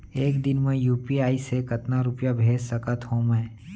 एक दिन म यू.पी.आई से कतना रुपिया भेज सकत हो मैं?